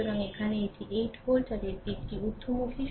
সুতরাং এখানে এটি 8 ভোল্ট এবং দিকটি ঊর্ধ্বমুখী